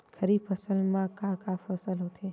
खरीफ फसल मा का का फसल होथे?